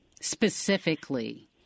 specifically